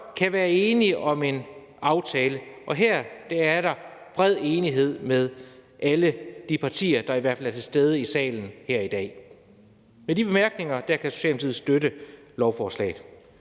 kan være enige om en aftale, og her er der bred enighed mellem i hvert fald alle de partier, der er til stede i salen her i dag – kan Socialdemokratiet støtte lovforslaget.